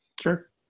Sure